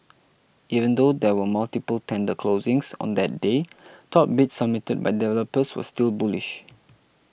even though there were multiple tender closings on that day top bids submitted by developers were still bullish